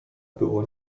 było